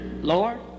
Lord